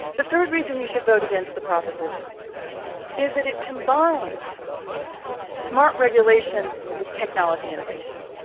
the third reason you should vote against the proposition is that it combines smart regulation with technology innovation.